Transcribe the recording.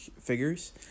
figures